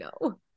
no